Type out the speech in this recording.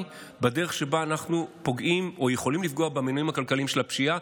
בדרך שבה אנחנו פוגעים או יכולים לפגוע במנועים הכלכליים של הפשיעה.